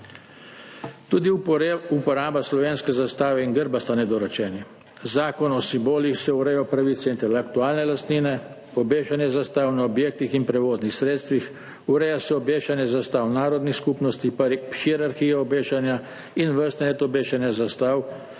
Tudi uporaba slovenske zastave in grba je nedorečena. Zakon o simbolih ureja pravice intelektualne lastnine, obešanje zastav na objektih in prevoznih sredstvih, ureja se obešanje zastav narodnih skupnosti, pa hierarhija obešanja in vrstni red obešanja zastav,